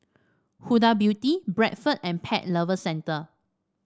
Huda Beauty Bradford and Pet Lovers Centre